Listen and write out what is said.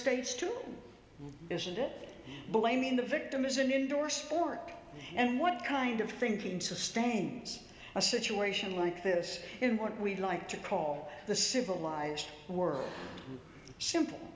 states too isn't it blaming the victim is an indoor sport and what kind of thinking sustains a situation like this in what we like to call the civilized world simple